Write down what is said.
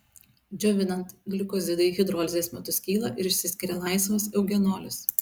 džiovinant glikozidai hidrolizės metu skyla ir išsiskiria laisvas eugenolis